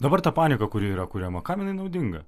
dabar ta panika kuri yra kuriama kam jinai naudinga